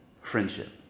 friendship